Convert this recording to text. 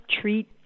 treat